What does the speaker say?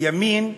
ימין קיצוני.